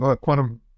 quantum